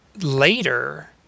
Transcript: later